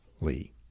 Lee